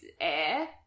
air